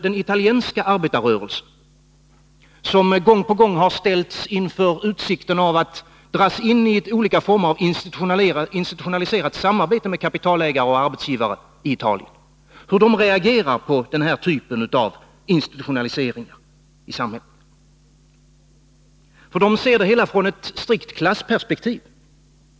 den italienska arbetarrörelsen, som gång på gång har ställts inför utsikten att dras in i olika former av institutionaliserat samarbete med kapitalägare och arbetsgivare, reagerar på den här typen av institutionaliseringar i samhället. De ser det hela från ett strikt klassperspektiv.